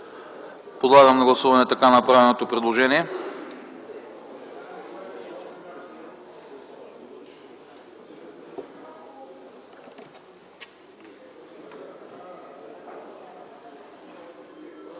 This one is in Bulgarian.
Подлагам на гласуване направеното предложение.